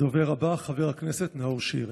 הדובר הבא, חבר הכנסת נאור שירי.